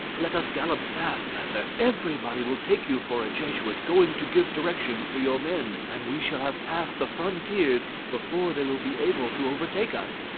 let us gallop fast, master, everybody will take you for a jesuit, going to give directions to your men, and we shall have passed the frontiers before they will be able to overtake us.